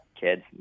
kids